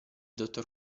dottor